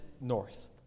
north